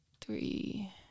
three